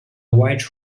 white